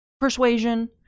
persuasion